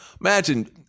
Imagine